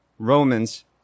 Romans